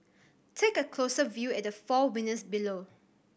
take a closer view at the four winners below